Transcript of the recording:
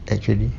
actually